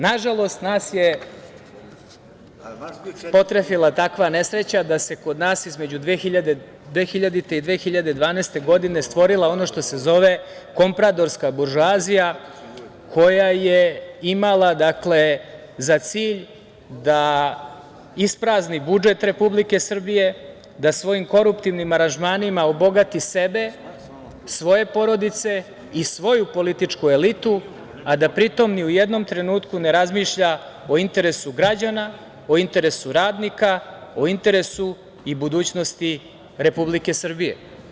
Nažalost, nas je potrefila takva nesreća da se kod nas između 2000. i 2012. godine stvorila ono što se zove kompradorska buržoazija koja je imala za cilj da isprazni budžet Republike Srbije, da svojim koruptivnim aranžmanima obogati sebe, svoje porodice i svoju političku elitu, a da pri tome ni u jednom trenutku ne razmišlja o interesu građana, o interesu radnika, o interesu i budućnosti Republike Srbije.